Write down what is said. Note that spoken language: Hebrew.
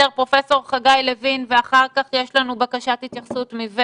אני חושב שאת הקול ההגיוני היחיד שם,